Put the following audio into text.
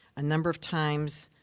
a number of times,